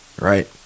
right